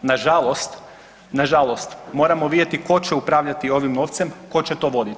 Nažalost, nažalost moramo vidjeti tko će upravljati ovim novcem, tko će to voditi.